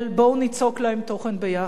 בואו ניצוק להם תוכן ביחד.